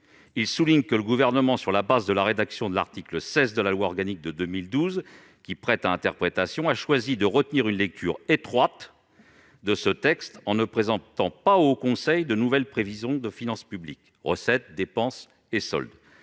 souligne que le Gouvernement, sur la base de la rédaction de l'article 16 de la loi organique de 2012, qui prête à interprétation, a choisi de retenir une lecture étroite de ce texte, en ne présentant pas au Haut Conseil de nouvelles prévisions de finances publiques- recettes, dépenses et soldes.